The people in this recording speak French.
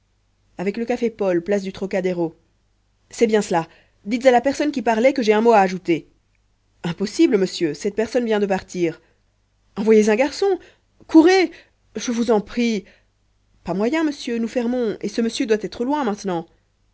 avec le café paul place du trocadéro c'est bien cela dites à la personne qui parlait que j'ai un mot à ajouter impossible monsieur cette personne vient de partir envoyez un garçon courez je vous en prie pas moyen monsieur nous fermons et ce monsieur doit être loin maintenant